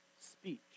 speech